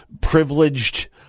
privileged